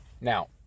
Now